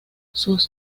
sus